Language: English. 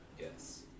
Yes